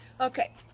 Okay